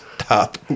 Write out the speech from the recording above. stop